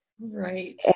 Right